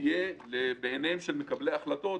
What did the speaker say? יהיו כל הזמן בעיניהם של מקבלי ההחלטות.